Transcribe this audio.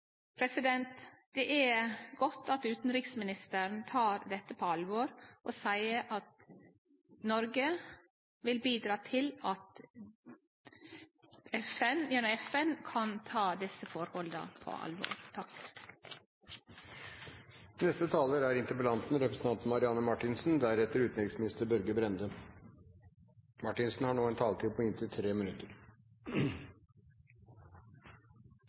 Det er godt at utanriksministeren tek dette på alvor og seier at Noreg vil bidra til at ein gjennom FN kan ta desse forholda på alvor.